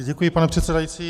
Děkuji, pane předsedající.